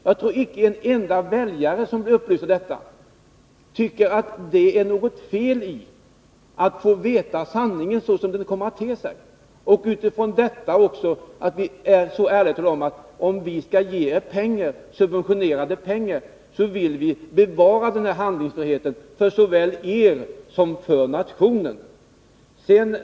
Jag tror inte att en enda väljare som blir upplyst om detta tycker att det är något fel i att få veta sanningen om hur framtiden kan komma att te sig. Det bör också visas en ärlighet när det gäller beviljandet av subventionerade pengar, så att både den enskilde och nationen kan bevara handlingsfriheten.